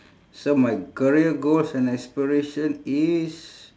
so my career goals and aspiration is